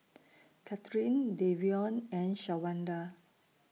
Katherin Davion and Shawanda